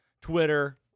Twitter